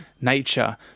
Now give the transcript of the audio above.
nature